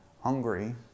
hungry